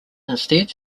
instead